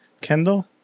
Kendall